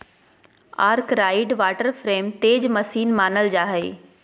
Arkwright water frame तेज machine मानल जा हई